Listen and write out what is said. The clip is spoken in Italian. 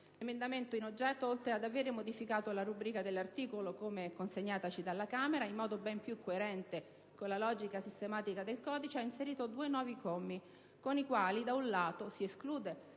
L'emendamento in oggetto, oltre ad avere modificato la rubrica dell'articolo come consegnataci dalla Camera, in modo ben più coerente con la logica sistematica del codice, ha inserito due nuovi commi con i quali, da un lato, si esclude la possibilità per il